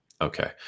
Okay